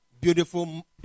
Beautiful